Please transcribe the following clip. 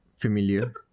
familiar